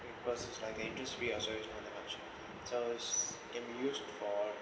because it's like a interest fee I sorry so can be used for